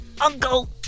uncle